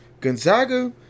Gonzaga